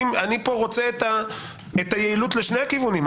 אני רוצה את היעילות לשני הכיוונים.